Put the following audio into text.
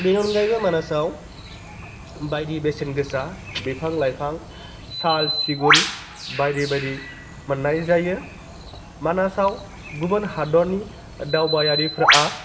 बेनि अनगायैबो मानासआव बायदि बेसेन गोसा बिफां लाइफां साल सिगुन बायदि बायदि मोन्नाय जायो मानासआव गुबुन हादरनि दावबायारिफ्राआ